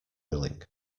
willing